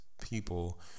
people